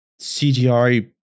CGI